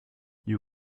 you